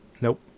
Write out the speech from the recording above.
Nope